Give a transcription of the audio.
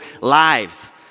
lives